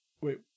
wait